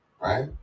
right